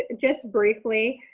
ah just briefly.